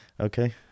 Okay